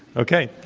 okay.